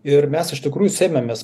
ir mes iš tikrųjų sėmėmės